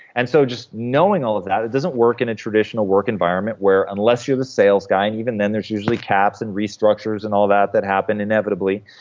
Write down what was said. and so just knowing all of that, it doesn't work in a traditional work environment where unless you're the sales guy, and even then there's usually caps and restructures and all that, that happen inevitably.